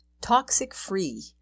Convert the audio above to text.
Toxic-Free